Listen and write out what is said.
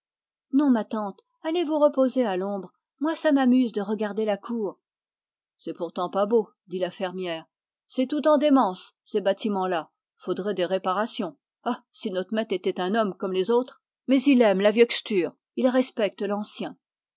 non ma tante allez vous reposer à l'ombre moi ça m'amuse de regarder la cour c'est pourtant pas beau dit la fermière c'est tout en démence ces bâtiments là faudrait des réparations ah si not'maître était un homme comme les autres mais il aime la vieuxture il respecte l'ancien